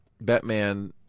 Batman